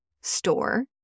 store